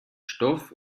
stoff